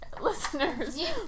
Listeners